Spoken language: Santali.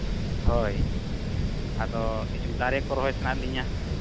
ᱦᱳᱭ ᱟᱫᱚ ᱠᱤᱪᱷᱩ ᱫᱟᱨᱮ ᱠᱚ ᱨᱚᱦᱚᱭ ᱥᱟᱱᱟᱭᱮᱫ ᱞᱤᱧᱟᱹ